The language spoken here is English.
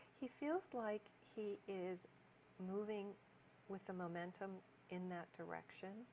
he feels like he is moving with the momentum in that direction